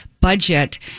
budget